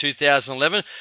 2011